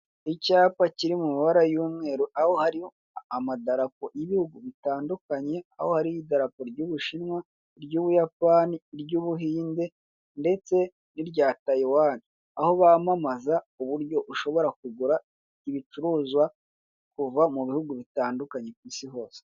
Icyapa kiri mu mabara y'umweru aho hariho amadarapo y'ibihugu bitandukanye aho hariho idarapo ry'Ubushinwa, iry'Ubuyapani iry'Ubuhinde ndetse n'irya Tayiwani aho bamamaza uburyo ushobora kugura ibicuruzwa kuva mu bihugu bitandukanye ku Isi hose.